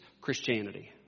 Christianity